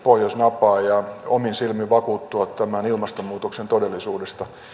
pohjois norjan ja pohjoisnavan puolivälissä ja omin silmin vakuuttua tämän ilmastonmuutoksen todellisuudesta